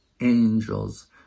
angels